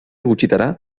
gutxitara